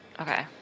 Okay